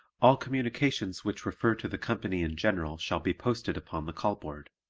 all communications which refer to the company in general shall be posted upon the call-board.